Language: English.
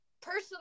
personally